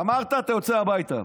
גמרת, אתה יוצא הביתה.